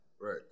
right